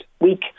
week